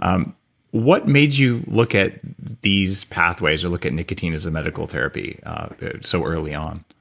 um what made you look at these pathways or look at nicotine as medical therapy so early on?